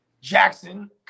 Jackson